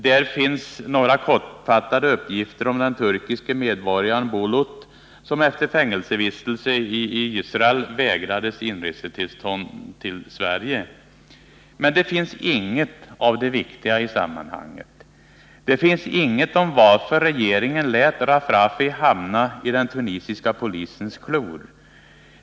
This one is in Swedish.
Där finns några kortfattade uppgifter om den turkiske medborgaren Bulut, som efter fängelsevistelse i Israel vägrades tillstånd till inresa i Sverige. Men det finns inget av det i sammanhanget viktiga. Det finns inget om varför regeringen lät Rafrafi hamna i den tunisiska polisens klor.